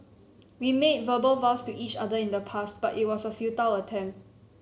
we made verbal vows to each other in the past but it was a futile attempt